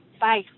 Bye